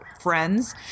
friends